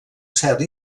cert